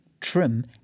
Trim